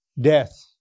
death